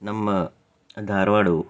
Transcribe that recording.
ನಮ್ಮ ಧಾರವಾಡವು